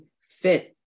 fit